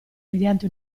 mediante